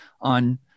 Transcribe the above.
on